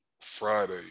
Friday